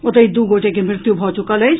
ओतहि दू गोटे के मृत्यु भऽ च्रकल अछि